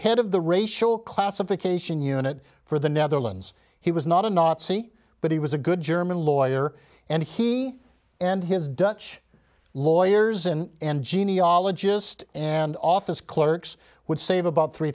head of the racial classification unit for the netherlands he was not a nazi but he was a good german lawyer and he and his dutch lawyers and and genealogist and office clerks would save about three